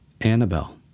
Annabelle